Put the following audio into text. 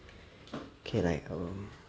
okay like